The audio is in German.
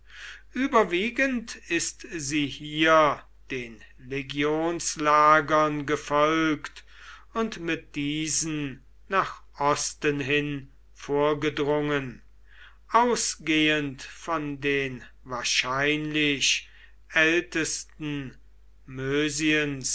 überwiegend ist sie hier den legionslagern gefolgt und mit diesen nach osten hin vorgedrungen ausgehend von den wahrscheinlich ältesten